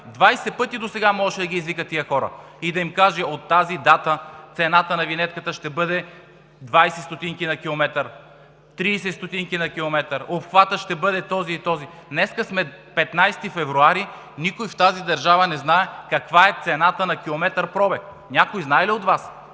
20 пъти досега можеше да ги извика тези хора и да им каже: „От тази дата цената на винетката ще бъде 20 стотинки на километър, 30 стотинки на километър, обхватът ще бъде този и този“. Днес сме 15 февруари 2019 г. и никой в тази държава не знае каква е цената на километър пробег. Някой знае ли от Вас?